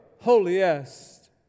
holiest